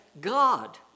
God